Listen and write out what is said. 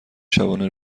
شبانه